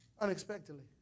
unexpectedly